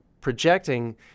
projecting